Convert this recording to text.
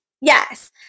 Yes